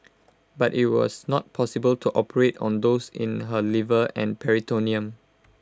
but IT was not possible to operate on those in her liver and peritoneum